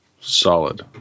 Solid